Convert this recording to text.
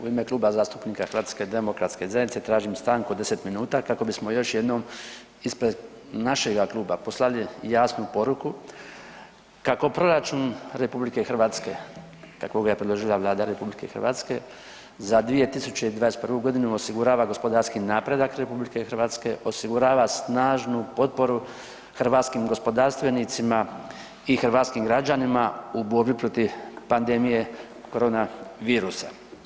U ime Kluba zastupnika HDZ-a tražim stanku od 10 minuta kako bismo još jednom ispred našega kluba poslali jasnu poruku kako proračun RH kako ga je predložila Vlada RH za 2021. godinu osigurava gospodarski napredak RH, osigurava snažnu potporu hrvatskih gospodarstvenicima i hrvatskim građanima u borbi protiv pandemije korona virusa.